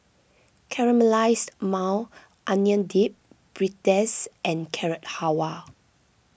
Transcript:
Caramelized Maui Onion Dip Pretzel and Carrot Halwa